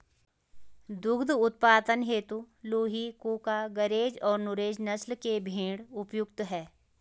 दुग्ध उत्पादन हेतु लूही, कूका, गरेज और नुरेज नस्ल के भेंड़ उपयुक्त है